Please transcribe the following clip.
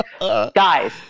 Guys